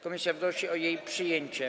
Komisja wnosi o jej przyjęcie.